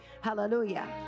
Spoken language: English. Hallelujah